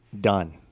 done